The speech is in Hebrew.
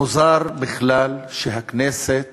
מוזר בכלל שהכנסת